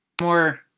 More